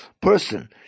person